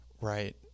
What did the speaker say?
Right